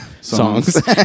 songs